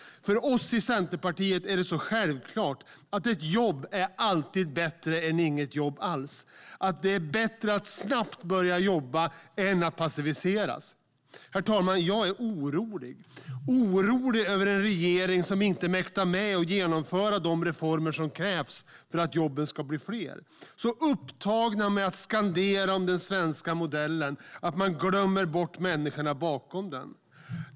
För oss i Centerpartiet är det självklart att ett jobb alltid är bättre än inget jobb alls. Det är bättre att snabbt börja jobba än att passiviseras. Herr talman! Jag är orolig. Jag är orolig över att vi har en regering som inte mäktar med att genomföra de reformer som krävs för att jobben ska bli fler. De är så upptagna med att skandera om den svenska modellen att de glömmer bort människorna bakom den.